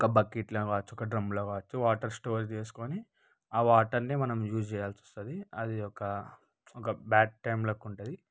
ఒక బకెట్లో కావచ్చు ఒక డ్రంలో అయినా కావొచ్చు వాటర్ స్టోర్ చేసుకొని ఆ వాటర్ని మనం యూస్ చెయ్యాల్సి వస్తుంది అది ఒక ఒక బాడ్ టీమ్ లాగా ఉంటుంది